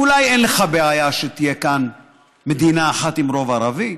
אולי אין לך בעיה שתהיה כאן מדינה אחת עם רוב ערבי.